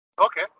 Okay